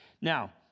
Now